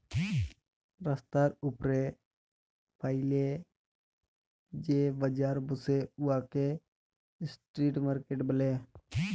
রাস্তার উপ্রে ফ্যাইলে যে বাজার ব্যসে উয়াকে ইস্ট্রিট মার্কেট ব্যলে